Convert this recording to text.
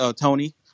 Tony